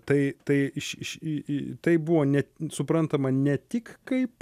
tai tai iš iš į į tai buvo net suprantama ne tik kaip